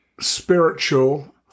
spiritual